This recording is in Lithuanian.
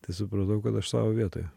tai supratau kad aš savo vietoje